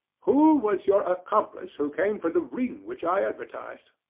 who was your accomplice who came for the ring which i advertised?